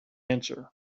answer